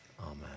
Amen